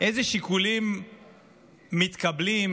איזה שיקולים מתקבלים?